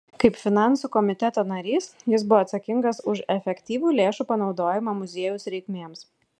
kaip finansų komiteto narys jis buvo atsakingas už efektyvų lėšų panaudojimą muziejaus reikmėms